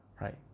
right